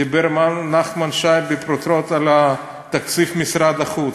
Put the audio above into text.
דיבר נחמן שי בפרוטרוט על תקציב משרד החוץ.